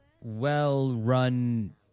well-run